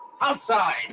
Outside